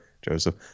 Joseph